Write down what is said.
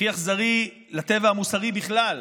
הכי אכזרי לטבע המוסרי בכלל.